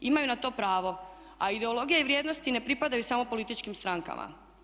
Imaju na to pravo, a ideologija i vrijednosti ne pripadaju samo političkim strankama.